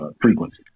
frequency